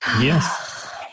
Yes